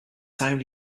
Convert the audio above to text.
time